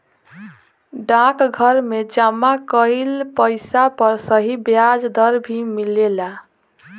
डाकघर में जमा कइल पइसा पर सही ब्याज दर भी मिलेला